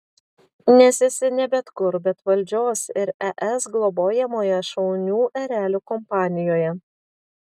nes esi ne bet kur bet valdžios ir es globojamoje šaunių erelių kompanijoje